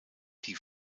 die